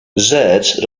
rzecz